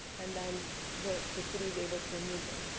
and then the the city is able to remove them.